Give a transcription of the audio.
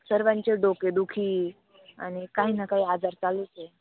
सर्वांचे डोकेदुखी आणि काही ना काही आजार चालूच आहे